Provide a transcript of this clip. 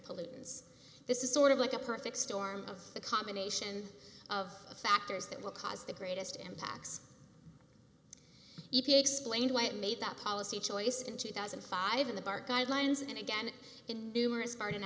pollutants this is sort of like a perfect storm of the combination of factors that will cause the greatest impacts e p a explained why it made that policy choice in two thousand and five in the bar guidelines and again in numerous part